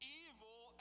evil